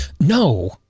No